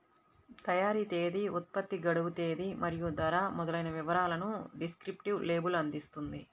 తయారీ తేదీ, ఉత్పత్తి గడువు తేదీ మరియు ధర మొదలైన వివరాలను డిస్క్రిప్టివ్ లేబుల్ అందిస్తుంది